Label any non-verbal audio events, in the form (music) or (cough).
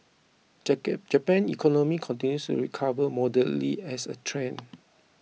(unintelligible) Japan's economy continues to recover moderately as a trend